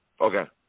Okay